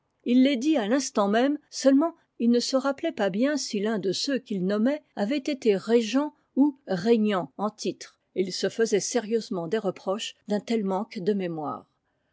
il les dit à l'instant même seulement il ne se rappelait pas bien si l'un de ceux qu'il noinmait avait été régent ou régnant en titre et il se faisait sérieusement des reproches d'un tel manque de mémoire